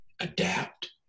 Adapt